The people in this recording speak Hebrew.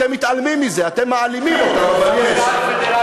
אתם מתעלמים מזה, אתם מעלימים אותם, אבל יש.